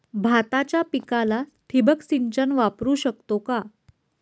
भाताच्या पिकाला ठिबक सिंचन वापरू शकतो का?